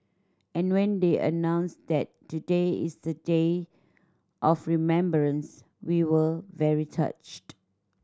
and when they announced that today is a day of remembrance we were very touched